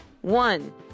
one